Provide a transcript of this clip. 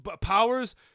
powers